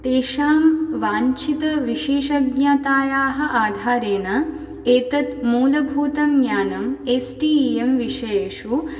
तेषां वाञ्छितविशेषज्ञतायाः आधारेण एतत् मूलभूतं ज्ञानम् एस् टि इ एम् विषयेषु